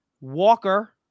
Walker